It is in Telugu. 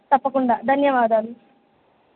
తప్పకుండా ధన్యవాదాలు